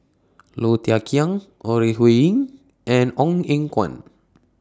Low Thia Khiang Ore Huiying and Ong Eng Guan